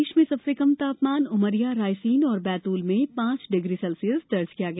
प्रदेश में सबसे कम तापमान उमरिया रायसेन और बैतूल में पांच डिग्री सेल्सियस दर्ज किया गया